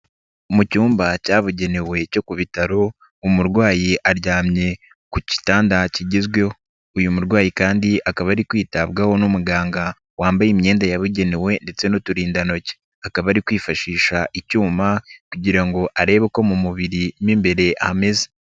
Mu cyumba cyabugenewe cyo ku bitaro umurwayi aryamye ku gitanda kigezweho, uyu murwayi kandi akaba ari kwitabwaho n'umuganga wambaye imyenda yabugenewe ndetse n'uturindantoki akaba ari kwifashisha icyuma kugira ngo arebe ko mu mubiri mu imbere ameze.